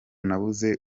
nabuze